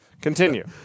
Continue